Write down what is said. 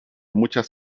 muchas